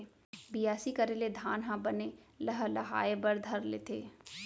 बियासी करे ले धान ह बने लहलहाये बर धर लेथे